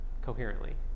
coherently